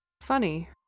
Funny